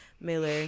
Miller